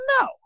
No